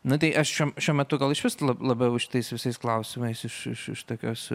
na tai aš šiuo šiuo metu gal išvis labiau šitais visais klausimais iš iš tokios